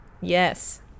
Yes